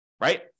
Right